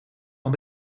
van